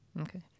Okay